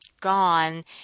gone